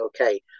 Okay